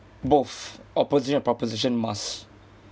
both opposition proposition must